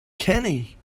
kenny